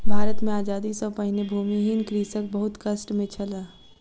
भारत मे आजादी सॅ पहिने भूमिहीन कृषक बहुत कष्ट मे छल